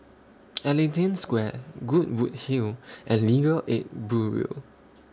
Ellington Square Goodwood Hill and Legal Aid Bureau